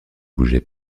bougeait